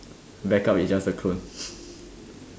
backup is just the clone